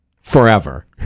forever